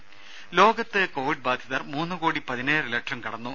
രുര ലോകത്ത് കോവിഡ് ബാധിതർ മൂന്ന് കോടി പതിനേഴര ലക്ഷം കടന്നു